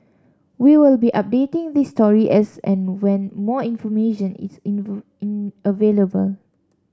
we will be updating this story as and when more information is in in available